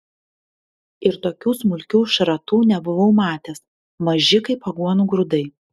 ir tokių smulkių šratų nebuvau matęs maži kaip aguonų grūdai